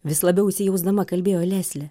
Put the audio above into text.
vis labiau įsijausdama kalbėjo leslė